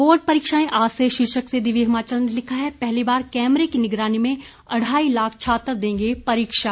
board परीक्षाएं आज से शीर्षक से दिव्य हिमाचल ने लिखा है पहली बार कैमरे की निगरानी में अढ़ाई लाख छात्र देंगे परीक्षा